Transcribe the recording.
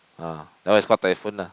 ah that one is call typhoon lah